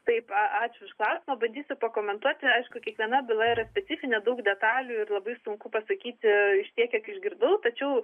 taip ačiū už klausimą pabandysiu pakomentuoti aišku kiekviena byla yra specifinė daug detalių ir labai sunku pasakyti iš tiek kiek išgirdau tačiau